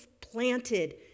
planted